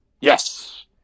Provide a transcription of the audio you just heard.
Yes